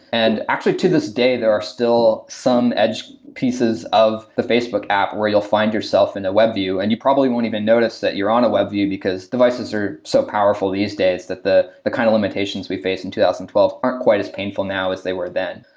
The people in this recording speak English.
and actually, to this day, there are still some edge pieces of the facebook app where you'll find yourself in a web view, and you probably won't even notice that you're on a web view, because devices are so powerful these days that the the kind of limitations we face in two thousand and twelve aren't quite as painful now as they were then.